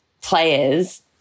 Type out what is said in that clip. players